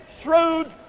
shrewd